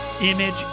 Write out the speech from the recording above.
image